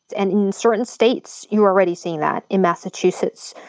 and in certain states, you're already seeing that. in massachusetts,